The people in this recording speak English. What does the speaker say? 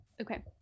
Okay